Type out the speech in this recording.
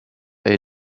est